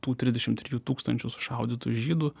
tų trisdešim trijų tūkstančių sušaudytų žydų